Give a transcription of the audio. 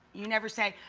you never say,